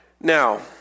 Now